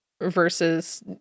versus